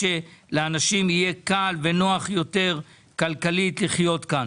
שלאנשים יהיה קל ונוח יותר מבחינה כלכלית לחיות כאן.